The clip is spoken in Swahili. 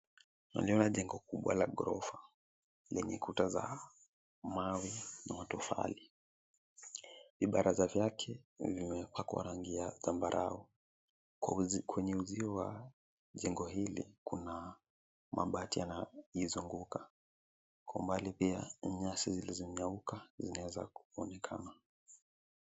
Naliona jengo kubwa la ghorofa lenye kuta za mawe na matofali. Vibaraza vyake vimepakwa rangi ya zambarau. Kwenye uzio wa jengo hili kuna mabati yanaizunguka, kwa umbali pia nyasi zilizonyauka zinaeza kuonekana.